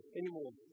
anymore